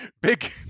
Big